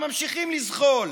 וממשיכים לזחול,